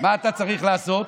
מה אתה צריך לעשות?